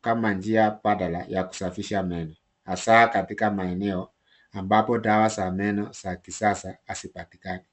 kama njia badala ya kusafisha meno, hasaa katika maeneo ambapo dawa za meno za kisasa hazipatikani.